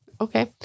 Okay